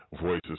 voices